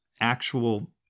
actual